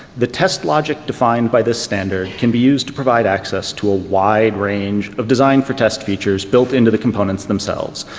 the test logic defined by this standard can be used to provide access to a wide range of design for test features built into components themselves.